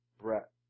Brett